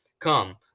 Come